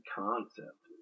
concept